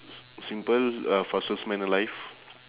simple uh fastest man alive